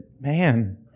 Man